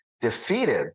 defeated